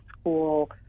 school